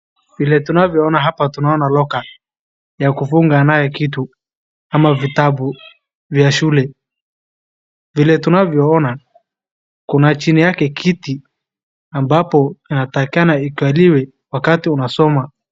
Vile tunavyoona hapa tunaona loka ya kufunga naye kitu ama vitabu vya shule. Vile tunavyoona, kuna chini yake kiti ambapo inatakikana ikaliwe wakati unasoma.